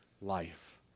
life